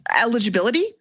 eligibility